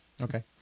Okay